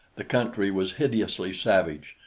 the country was hideously savage,